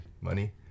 Money